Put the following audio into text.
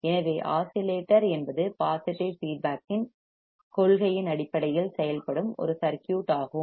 எனவே ஆஸிலேட்டர் என்பது positive feedback இன் கொள்கையின் அடிப்படையில் செயல்படும் ஒரு சர்க்யூட் ஆகும்